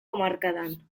hamarkadan